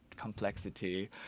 complexity